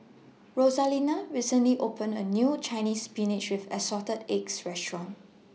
Rosalinda recently opened A New Chinese Spinach with Assorted Eggs Restaurant